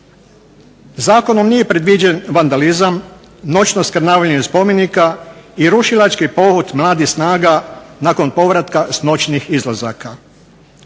Zakonom nije predviđen vandalizam, noćno skrnavanje spomenika i rušilački pohod mladih snaga nakon povratka s noćnih izlazaka.